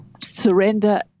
Surrender